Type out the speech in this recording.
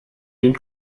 den